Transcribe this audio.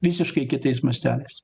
visiškai kitais masteliais